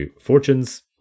fortunes